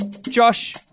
Josh